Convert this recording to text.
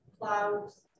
clouds